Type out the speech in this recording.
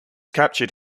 captured